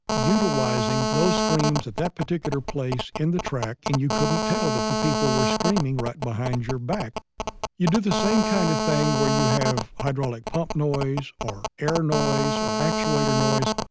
utilizing those screams at that particular place in the track, and you couldn't tell that the people were screaming right behind your back you do the same kind of thing where you have hydraulic pump noise, or air noise, or actuator noise.